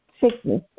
sickness